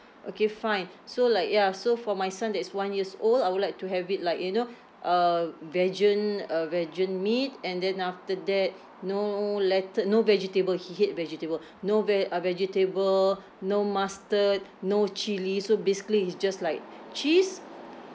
okay fine so like ya so for my son that is one years old I would like to have it like you know uh vegan uh vegan meat and then after that no lettu~ no vegetable he hate vegetable no ve~ uh vegetable no mustard no chilli so basically it's just like cheese